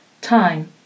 time